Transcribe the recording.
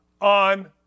on